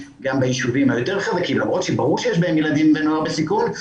בישובים היותר חזקים למרות שברור שיש בהם ילדים ונוער בסיכון,